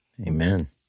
Amen